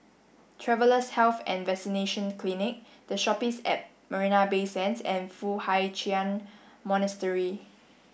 Travellers' Health and Vaccination Clinic The Shoppes at Marina Bay Sands and Foo Hai Ch'an Monastery